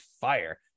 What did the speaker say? fire